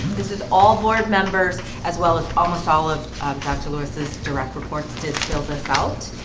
this is all board members as well as almost all of dr lewis's direct reports distilled assault.